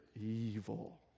evil